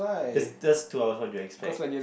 just just two hours what do you expect